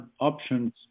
options